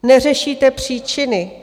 Neřešíte příčiny.